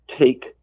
take